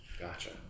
Gotcha